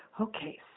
Okay